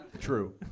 True